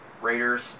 Raiders